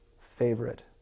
favorite